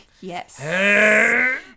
Yes